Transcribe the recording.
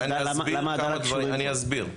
אני אסביר.